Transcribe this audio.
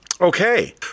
Okay